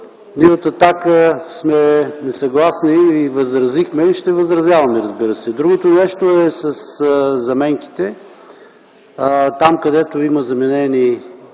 ние от „Атака” сме несъгласни, и възразихме, и ще възразяваме, разбира се. Другото нещо са заменките – там, където има заменени